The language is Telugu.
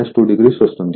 5∠ 2° వస్తుంది